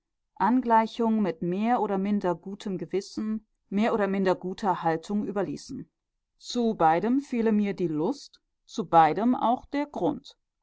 anpassung angleichung mit mehr oder minder gutem gewissen mehr oder minder guter haltung überließen zu beidem fehle mir die lust zu beidem auch der grund